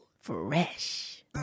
fresh